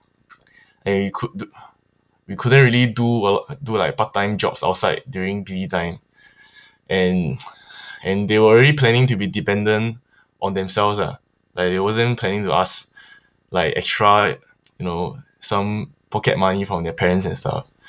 and we could we couldn't really do a lot do like part time jobs outside during busy time and and they were already planning to be dependent on themselves uh like they wasn't planning to ask like extra you know some pocket money from their parents and stuff